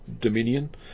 Dominion